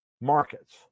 markets